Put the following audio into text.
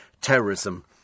terrorism